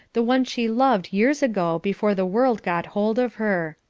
the one she loved years ago before the world got hold of her.